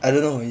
I don't know